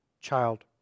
child